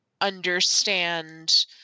understand